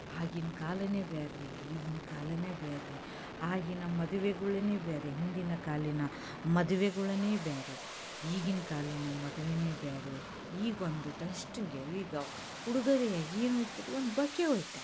ಆಗಿನ ಕಾಲಾನೇ ಬ್ಯಾರೆ ರೀ ಈಗಿನ ಕಾಲಾನೇ ಬ್ಯಾರೆ ರೀ ಆಗಿನ ಮದುವೆಗಳೇನೆ ಬೇರೆ ಹಿಂದಿನ ಕಾಲದ ಮದುವೆಗಳೇನೆ ಬೇರೆ ಈಗಿನ ಕಾಲದ ಮದುವೇನೆ ಬೇರೆ ಈಗ ಒಂದಷ್ಟು ಉಡುಗೊರೆಯಾಗಿ ಏನು ಒಯ್ತಾರೆ ರೀ ಬೊಕ್ಕೆ ಒಯ್ತಾರೆ ರೀ